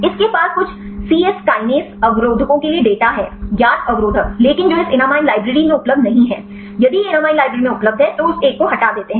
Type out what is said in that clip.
इस के पास कुछ सी यस कीनेस अवरोधकों के लिए डेटा है ज्ञात अवरोधक लेकिन जो इस एनमाइन लाइब्रेरी में उपलब्ध नहीं है यदि एनमाइन लाइब्रेरी में उपलब्ध है तो वे उस एक को हटा देते हैं